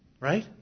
Right